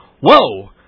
Whoa